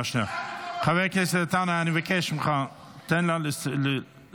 חבר הכנסת עטאונה, אני מבקש ממך, תן לה לדבר.